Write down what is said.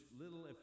little